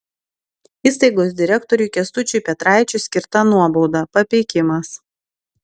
įstaigos direktoriui kęstučiui petraičiui skirta nuobauda papeikimas